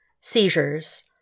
seizures